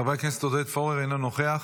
חבר הכנסת עודד פורר, אינו נוכח,